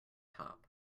top